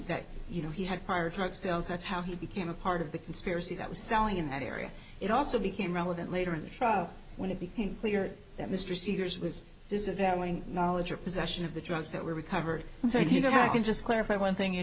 that you know he had prior truck sales that's how he became a part of the conspiracy that was selling in that area it also became relevant later in the trial when it became clear that mr seegers was disavowing knowledge of possession of the drugs that were recovered thank you have to just clarify one thing you